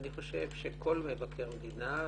אני חושב שכל מבקר מדינה,